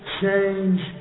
change